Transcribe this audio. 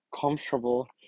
comfortable